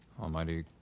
Almighty